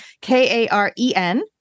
K-A-R-E-N